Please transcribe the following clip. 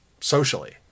socially